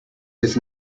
his